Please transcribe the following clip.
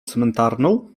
cmentarną